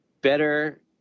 better